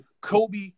Kobe